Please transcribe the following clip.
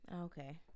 Okay